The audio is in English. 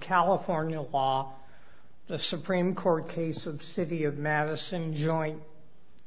california law the supreme court case of the city of madison joint